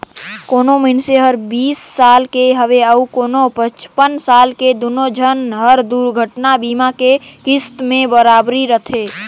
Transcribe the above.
कोनो मइनसे हर बीस साल के हवे अऊ कोनो पचपन साल के दुनो झन बर दुरघटना बीमा के किस्त में बराबरी रथें